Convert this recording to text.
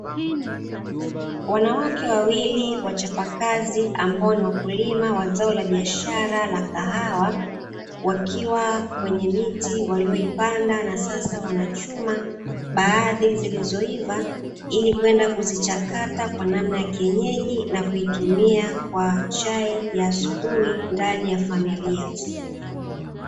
Wanawake wawili wachapakazi ambao ni wakulima wa zao la biashara la kahawa wakiwa kwenye miti walioipanda na sasa wanachuma baadhi zilizoiva ili kwenda kuzichakata kwa namna ya kienyeji na kuitumia kwa chai ya asubuhi ndani ya familia.